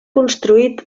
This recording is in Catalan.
construït